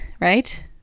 right